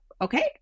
Okay